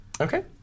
Okay